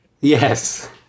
yes